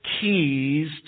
keys